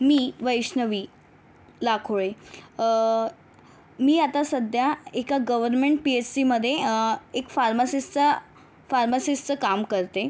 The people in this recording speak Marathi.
मी वैष्णवी लाखोळे मी आता सध्या एका गव्हर्नमेंट पी एस सीमध्ये एक फार्मासिस्टचं फार्मसिस्टचं काम करते